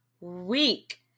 week